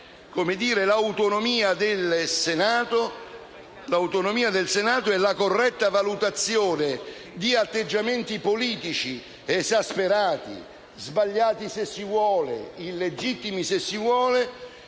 l'autonomia del Senato e la corretta valutazione di atteggiamenti politici esasperati, sbagliati ed illegittimi, se si vuole,